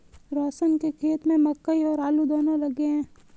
रोशन के खेत में मकई और आलू दोनो लगे हैं